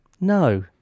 No